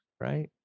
Right